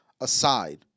aside